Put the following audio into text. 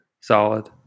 Solid